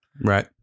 Right